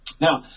Now